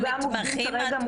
את